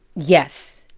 yes,